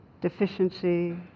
deficiency